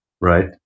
right